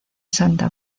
santa